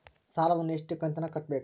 ಸಾಲವನ್ನ ಎಷ್ಟು ಕಂತಿನಾಗ ಕಟ್ಟಬೇಕು?